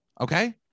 Okay